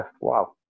wow